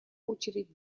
очередь